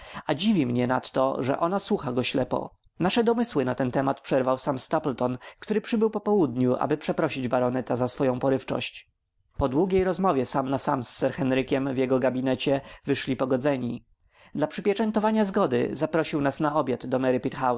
a dziwi mnie nadto że ona słucha go ślepo nasze domysły na ten temat przerwał sam stapleton który przybył po południu aby przeprosić baroneta za swoją porywczość po długiej rozmowie sam na sam z sir henrykiem w jego gabinecie wyszli pogodzeni dla przypieczętowania zgody zaprosił nas na obiad do